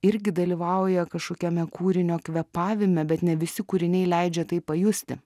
irgi dalyvauja kažkokiame kūrinio kvėpavime bet ne visi kūriniai leidžia tai pajusti